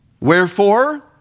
Wherefore